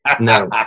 no